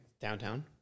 downtown